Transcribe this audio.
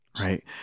right